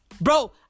Bro